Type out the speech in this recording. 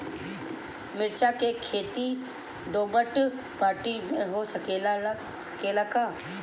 मिर्चा के खेती दोमट माटी में हो सकेला का?